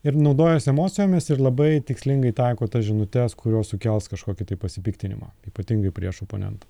ir naudojasi emocijomis ir labai tikslingai taiko tas žinutes kurios sukels kažkokį tai pasipiktinimą ypatingai prieš oponentą